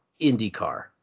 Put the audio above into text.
IndyCar